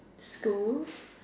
school